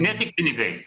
ne tik pinigais